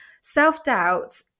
Self-doubt